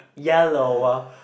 yellow ah